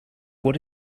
what